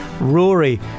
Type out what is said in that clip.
Rory